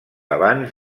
abans